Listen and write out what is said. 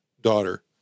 daughter